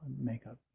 makeup